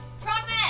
Promise